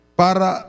para